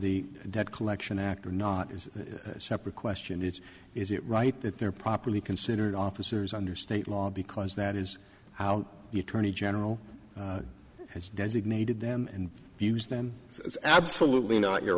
the debt collection act or not is a separate question which is it right that they're properly considered officers under state law because that is how the attorney general has designated them and use them it's absolutely no